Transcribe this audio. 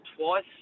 twice